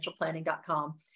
financialplanning.com